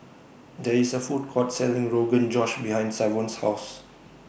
There IS A Food Court Selling Rogan Josh behind Savon's House